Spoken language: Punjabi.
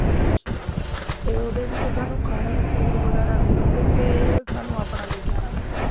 ਅੱਛਾ ਅਤੇ ਉਹਦੇ ਵਿੱਚ ਸਾਨੂੰ ਖਾਣੇ ਨੂੰ ਫੂਡ ਵਗੈਰਾ ਮਿਲੂ ਕਿ ਸਾਨੂੰ ਆਪਣਾ ਲੈ ਕੇ ਆਉਣਾ ਪੈਣਾ